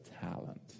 talent